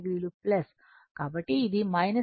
కాబట్టి ఇది 45 o volt సరైనది